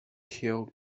hill